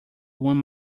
one